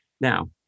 Now